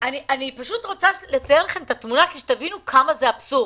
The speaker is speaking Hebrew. אני רוצה לצייר לכם את התמונה כדי שתבינו עד כמה זה אבסורד.